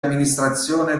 amministrazione